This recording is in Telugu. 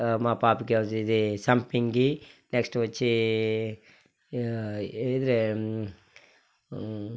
మా పాపకి అదిదీ సంపంగి నెక్స్ట్ వచ్చీ ఇదే